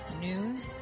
news